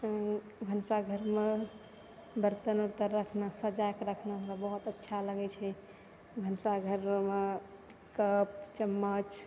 भनसाघरमे बरतन उरतन रखनाइ सजाकऽ रखनाइ जाकऽ खाइ लागै छै भनसाघर जेनाइ कप चम्मच